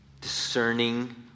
discerning